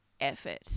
effort